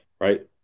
right